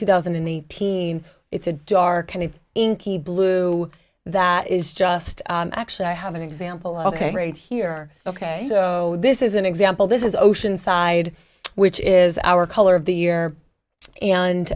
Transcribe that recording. two thousand and eighteen it's a dark and inky blue that is just actually i have an example ok great here ok so this is an example this is oceanside which is our color of the year and